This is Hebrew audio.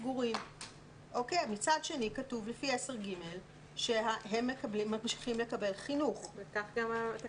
משותף גם לשלטון